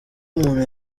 umuntu